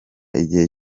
igihe